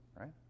right